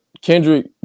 Kendrick